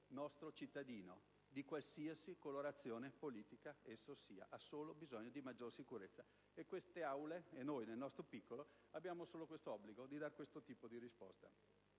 nostro cittadino, di qualsiasi colorazione politica esso sia. I cittadini hanno soltanto bisogno di maggiore sicurezza, e queste Aule, e noi nel nostro piccolo, abbiamo solo l'obbligo di dare questo tipo di risposta.